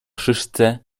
szyszce